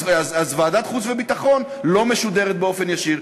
אז ועדת חוץ וביטחון לא משודרת באופן ישיר,